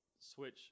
switch